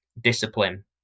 discipline